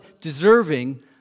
deserving